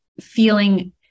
feeling